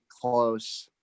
close